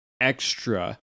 extra